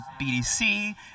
BDC